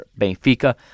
Benfica